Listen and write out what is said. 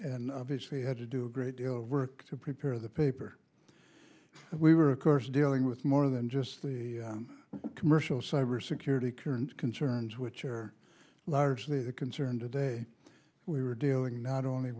and obviously had to do a great deal of work to prepare the paper we were of course dealing with more than just the commercial cybersecurity current concerns which are largely the concern today we were dealing not only